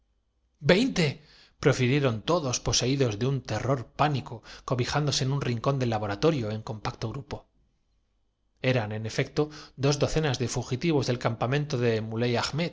profirieron todos poseídos de un terror migo derrotado naná se resolvió á preguntar á don pánico cobijándose en un rincón del laboratorio en sindulfo compacto grupo diga usted nos harán algo eran en efecto dos docenas de fugitivos del campa á